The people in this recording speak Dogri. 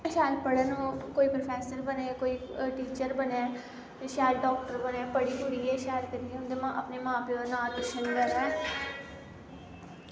शैल पढ़न ओह् कोई प्रोफैसर बनै कोई टीचर बनै शैल डाक्टर बनै पढ़ी पुढ़ियै शैल करियै उंदे अपनी मां प्यो दा नांऽ रोशन करै